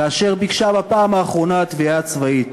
כאשר ביקשה בפעם האחרונה התביעה הצבאית